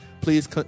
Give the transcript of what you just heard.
Please